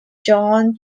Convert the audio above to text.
john